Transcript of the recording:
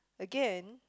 again